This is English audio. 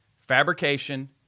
fabrication